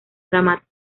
dramática